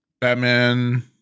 Batman